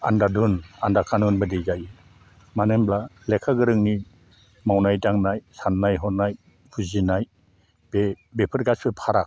आन्दादुन आन्दाखानुन बायदि जायो मानो होमब्ला लेखा गोरोंनि मावनाय दांनाय साननाय हनाय फुजिनाय बे बेफोर गासिबो फाराग